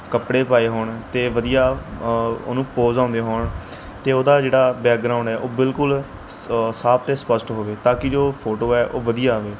ਕੱਪੜੇ ਪਾਏ ਹੋਣ ਅਤੇ ਵਧੀਆ ਉਹਨੂੰ ਪੋਜ਼ ਆਉਂਦੇ ਹੋਣ ਅਤੇ ਉਹਦਾ ਜਿਹੜਾ ਬੈਗਰਾਊਂਡ ਹੈ ਉਹ ਬਿਲਕੁਲ ਸ ਸਾਫ ਅਤੇ ਸਪਸ਼ਟ ਹੋਵੇ ਤਾਂ ਕਿ ਜੋ ਫੋਟੋ ਹੈ ਉਹ ਵਧੀਆ ਆਵੇ